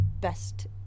best